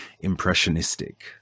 impressionistic